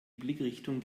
blickrichtung